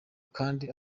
kandi